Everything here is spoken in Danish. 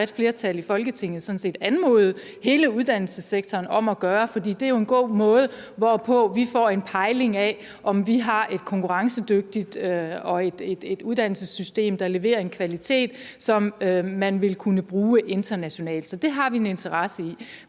bredt flertal i Folketinget sådan set anmodet hele uddannelsessektoren om at gøre, for det er jo en god måde, hvorpå vi får en pejling af, om vi har et konkurrencedygtigt uddannelsessystem – et uddannelsessystem, der leverer en kvalitet, som man vil kunne bruge internationalt. Så det har vi en interesse i.